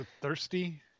Thirsty